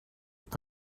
have